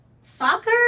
soccer